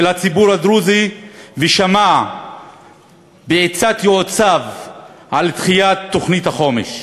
הציבור הדרוזי ושמע בעצת יועציו על דחיית תוכנית החומש,